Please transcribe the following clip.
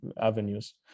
avenues